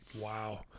Wow